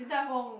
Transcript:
Din-Tai-Fung